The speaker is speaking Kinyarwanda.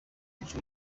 umuco